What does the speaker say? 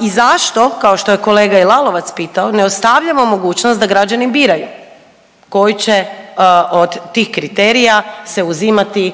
I zašto kao što je kolega Lalovac pitao ne ostavljamo mogućnost da građani biraju koji će od tih kriterija se uzimati